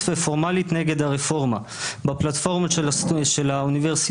ופורמלית נגד הרפורמה בפלטפורמות של האוניברסיטה.